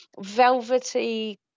velvety